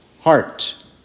heart